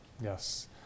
Yes